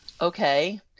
okay